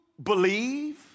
Believe